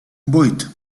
vuit